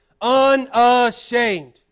Unashamed